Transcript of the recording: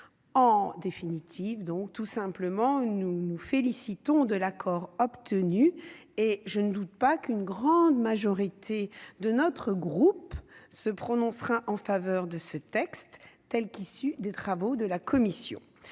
En définitive, nous nous félicitions de l'accord obtenu. Je ne doute pas qu'une grande majorité de notre groupe se prononcera en faveur de ce texte, tel qu'il est issu des travaux de la commission